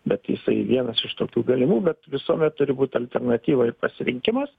bet jisai vienas iš tokių galimų bet visuomet turi būt alternatyva ir pasirinkimas